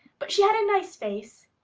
but she had a nice face,